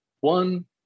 one